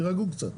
תירגעו קצת.